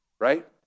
right